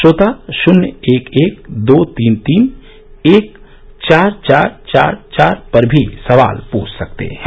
श्रोता शून्य एक एक दो तीन तीन एक चार चार चार चार पर भी सवाल पूछ सकते हैं